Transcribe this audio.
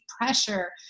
pressure